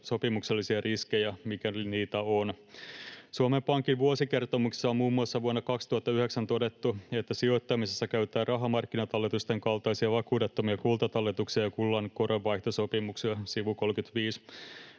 sopimuksellisia riskejä, mikäli niitä on. Suomen Pankin vuosikertomuksessa on muun muassa vuonna 2009 todettu, että "sijoittamisessa käytetään rahamarkkinatalletusten kaltaisia vakuudettomia kultatalletuksia ja kullan koronvaihtosopimuksia", sivu 35.